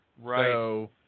Right